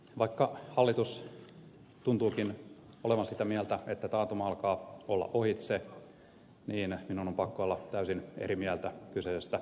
vaikka hallitus tuntuukin olevan sitä mieltä että taantuma alkaa olla ohitse niin minun on pakko olla täysin eri mieltä kyseisestä aiheesta